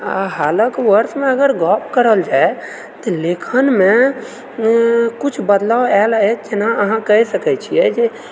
हालक वर्षमे अगर गप करल जाय तऽ लेखनमे किछु बदलाव आएल अछि जेना अहाँ कहि सकैत छियै जे